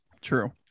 true